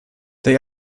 they